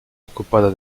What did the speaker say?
occupata